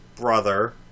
brother